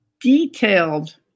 detailed